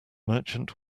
merchant